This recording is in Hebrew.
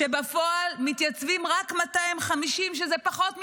כשבפועל מתייצבים רק 250, שזה פחות מ-5%.